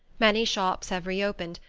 many shops have reopened,